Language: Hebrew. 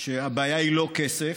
שהבעיה היא לא כסף.